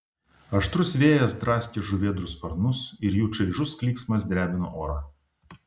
aštrus vėjas draskė žuvėdrų sparnus ir jų čaižus klyksmas drebino orą